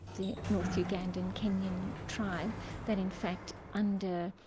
the north ugandan kenyan tribe that in fact under